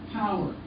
power